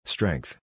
Strength